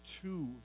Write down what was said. two